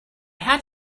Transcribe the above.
had